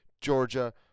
Georgia